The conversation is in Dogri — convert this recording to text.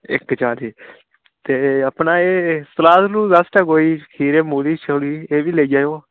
इक चाली ते अपना एह् सलाद सलूद आस्तै कोई खीरे मूली शूली एह् बी लेई जाएओ